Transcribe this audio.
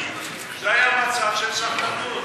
זה היה מצב של סחטנות.